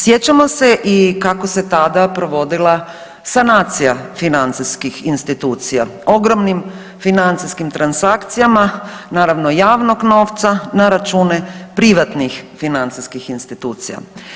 Sjećamo se i kako se tada provodila sanacija financijskih institucija, ogromnim financijskim transakcijama, naravno javnog novca na račune privatnih financijskih institucija.